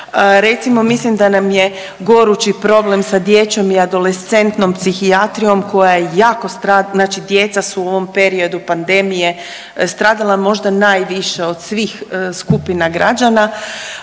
recimo mislim da nam je gorući problem sa dječjom i adolescentnom psihijatrijom koja jako, znači djeca su u ovom periodu pandemije stradala možda najviše od svih skupina građana.